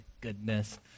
Goodness